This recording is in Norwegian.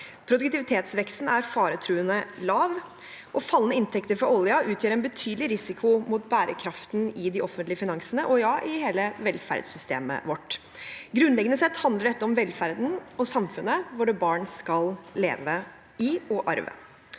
Produktivitetsveksten er faretruende lav, og fallende inntekter fra oljen utgjør en betydelig risiko for bærekraften i de offentlige finansene – ja, i hele velferdssystemet vårt. Grunnleggende sett handler dette om velferden og samfunnet våre barn skal leve i og arve.